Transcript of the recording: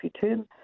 term